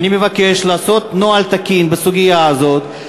לכן אני מבקש לעשות נוהל תקין בסוגיה הזו,